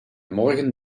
morgen